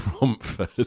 Romford